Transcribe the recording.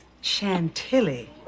Chantilly